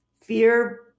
fear